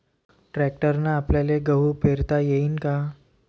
ट्रॅक्टरने आपल्याले गहू पेरता येईन का?